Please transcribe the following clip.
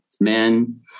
men